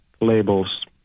labels